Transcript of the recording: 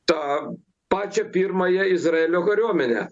tą pačią pirmąją izraelio kariuomenę